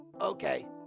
Okay